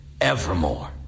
evermore